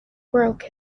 broke